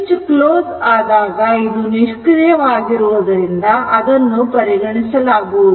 switch close ಆದಾಗ ಇದು ನಿಷ್ಕ್ರಿಯ ವಾಗುವುದರಿಂದ ಅದನ್ನು ಪರಿಗಣಿಸಲಾಗುವುದಿಲ್ಲ